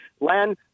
Len